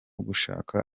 gushaka